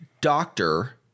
doctor